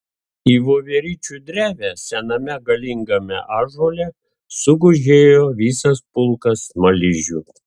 į voveryčių drevę sename galingame ąžuole sugužėjo visas pulkas smaližių